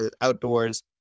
outdoors